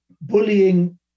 bullying